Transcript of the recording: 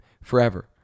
forever